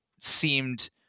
seemed